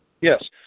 yes